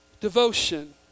Devotion